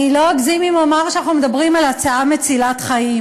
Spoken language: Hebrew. אני לא אגזים אם אומר שאנחנו מדברים על הצעה מצילת חיים,